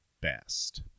best